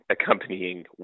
accompanying